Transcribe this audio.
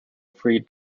free